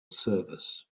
service